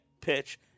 pitch